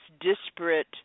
disparate